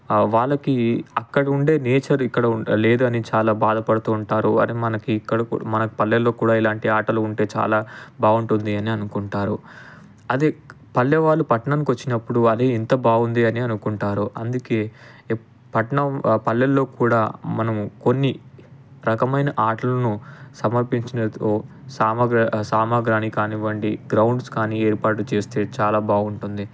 వాళ్ళకి అక్కడ ఉండే నేచర్ ఇక్కడ ఉండ లేదని చాలా బాధపడుతూ ఉంటారు అని మనకి ఇక్కడ మనకు పల్లెల్లో కూడా ఇలాంటి ఆటలు ఉంటే చాలా బాగుంటుంది అని అనుకుంటారు అదే పల్లెవాళ్ళు పట్టణంకి వచ్చినప్పుడు అదే ఎంత బాగుంది అని అనుకుంటారు అందుకే పట్టణం పల్లెల్లో కూడా మనము కొన్ని రకమైన ఆటలను సమర్పించినచో సామగ్ర సామగ్రాని కానివ్వండి గ్రౌండ్స్ కాని ఏర్పాటు చేస్తే చాలా బాగుంటుంది